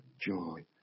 joy